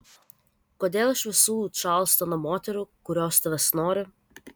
kodėl iš visų čarlstono moterų kurios tavęs nori